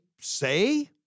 say